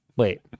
Wait